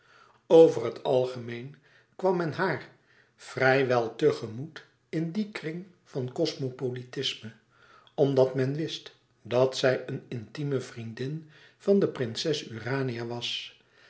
over het algemeen kwam men haar vrij wel te gemoet in dien kring van cosmopolitisme omdat men wist dat zij een intime vriendin van de prinses urania was